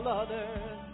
others